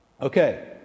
Okay